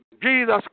Jesus